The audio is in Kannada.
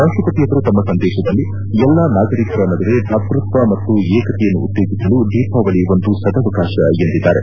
ರಾಷ್ಷಪತಿಯವರು ತಮ್ಮ ಸಂದೇಶದಲ್ಲಿ ಎಲ್ಲಾ ನಾಗರಿಕರ ನಡುವೆ ಭ್ರಾತೃತ್ವ ಮತ್ತು ಏಕತೆಯನ್ನು ಉತ್ತೇಜಿಸಲು ದೀಪಾವಳಿ ಒಂದು ಸದಾವಕಾಶ ಎಂದಿದ್ದಾರೆ